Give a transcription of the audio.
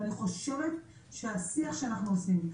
אני חושבת שהשיח שאנחנו עושים,